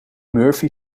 murphy